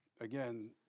again